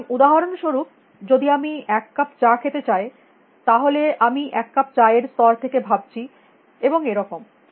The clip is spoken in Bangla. সুতরাং উদাহরণস্বরূপ যদি আমি এক কাপ চা খেতে চাই তাহলে আমি এক কাপ চা এর স্তর থেকে ভাবছি এবং এরকম